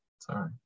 Sorry